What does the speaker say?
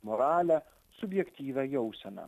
moralę subjektyvią jauseną